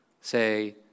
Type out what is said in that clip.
say